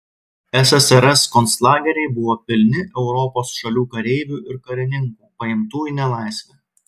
ssrs konclageriai buvo pilni europos šalių kareivių ir karininkų paimtų į nelaisvę